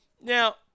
Now